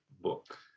book